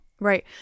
Right